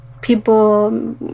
people